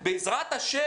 בעזרת השם,